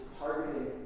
targeting